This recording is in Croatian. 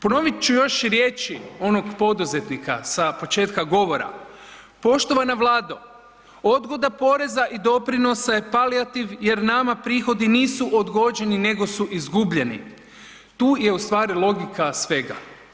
Promiču još riječi onog poduzetnika sa početka govora, poštovana Vlado odgoda poreza i doprinosa je palijativ jer nama nisu prihodi odgođeni nego su izguljeni, tu je ustvari logika svega.